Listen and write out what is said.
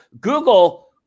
Google